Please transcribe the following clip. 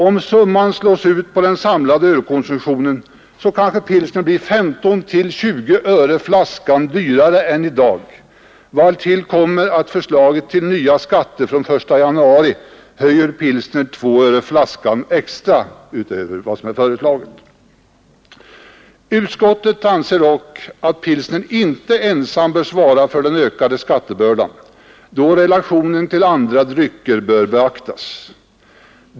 Om summan slås ut på den samlade ölkonsumtionen, blir kanske pilsnern 15—20 öre dyrare per flaska än den är i dag, vartill kommer att förslaget till nya skatter från den 1 januari nästa år höjer priset på pilsner med ytterligare 2 öre per flaska utöver propositionsförslaget. Utskottet anser dock att pilsnern inte ensam bör svara för den ökade skattebördan, utan att relationen till andra drycker bör beaktas.